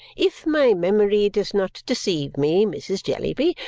if my memory does not deceive me, mrs. jellyby,